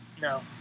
No